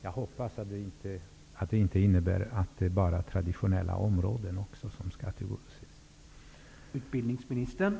Jag hoppas att det inte innebär att det bara är traditionella områden som skall tillgodoses.